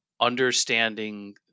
understanding